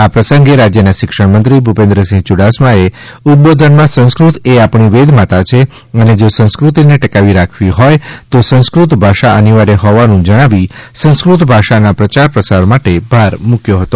આ પ્રસંગે રાજ્ય ના શિક્ષણ મંત્રી ભુપેન્દ્રસિંહ યુડાસમા એ ઉદબોધન માં સંસ્કૃત એ આપણી વેદમાતા છે અને જો સંસ્કૃતિ ને ટકાવી રાખવી હોય તો સંસ્કૃત ભાષા અનિવાર્ય હોવાનું જણાવી સંસ્કૃત ભાષા ના પ્રચાર પ્રસાર માટે ભાર મુક્યો હતો